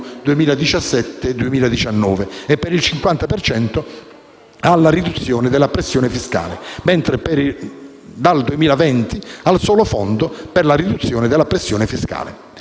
2017-2019 e per il 50 per cento alla riduzione della pressione fiscale, mentre dal 2020 al solo fondo per la riduzione della pressione fiscale.